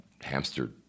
hamster